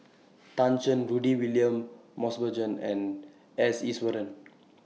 Tan Shen Rudy William Mosbergen and S Iswaran